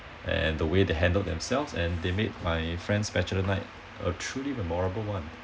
and the way they handled themselves and they made my friends bachelor night a truly memorable one